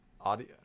audio